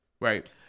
Right